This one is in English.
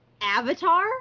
Avatar